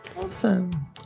Awesome